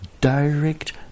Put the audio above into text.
direct